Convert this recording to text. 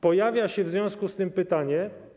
Pojawia się w związku z tym pytanie: